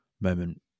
moment